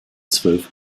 zwölf